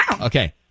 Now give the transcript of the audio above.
Okay